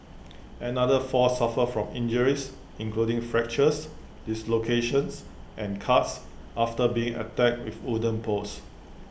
another four suffered from injuries including fractures dislocations and cuts after being attacked with wooden poles